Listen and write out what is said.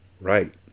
Right